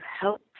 help